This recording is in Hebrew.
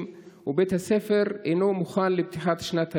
ובית הספר אינו מוכן לפתיחת שנת הלימודים?